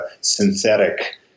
synthetic